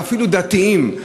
ואפילו דתיים,